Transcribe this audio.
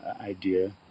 idea